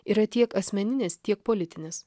yra tiek asmeninis tiek politinis